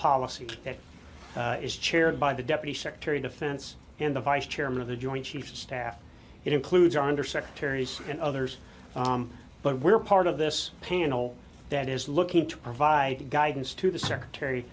policy that is chaired by the deputy secretary of defense and the vice chairman of the joint chiefs of staff it includes our under secretaries and others but we're part of this panel that is looking to provide guidance to the secretary